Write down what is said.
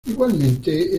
igualmente